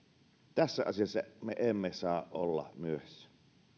tässä asiassa me emme saa olla myöhässä